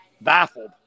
baffled